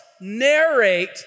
narrate